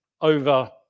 over